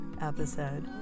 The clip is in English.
episode